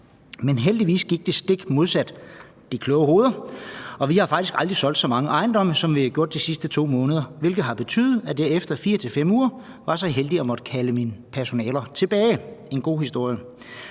Men heldigvis gik det stik modsat de kloge hoveder, og vi har faktisk aldrig solgt så mange ejendomme, som vi har gjort de sidste 2 måneder, hvilket har betydet, at jeg efter 4-5 uger var så heldig at måtte kalde mine personaler tilbage – en god historie.